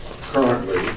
currently